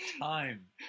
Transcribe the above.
time